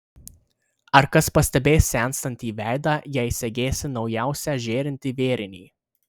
ar kas pastebės senstantį veidą jei segėsi naujausią žėrintį vėrinį